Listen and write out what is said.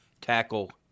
tackle